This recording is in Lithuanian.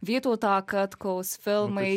vytauto katkaus filmai